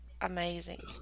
amazing